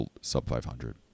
sub-500